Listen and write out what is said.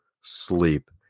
sleep